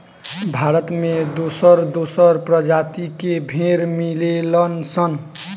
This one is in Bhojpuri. भारत में दोसर दोसर प्रजाति के भेड़ मिलेलन सन